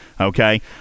Okay